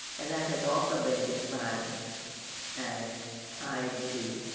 and that has also been described as tied to